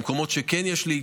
במקומות שכן יש לי יתירות,